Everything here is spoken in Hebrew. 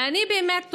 ואני באמת תוהה,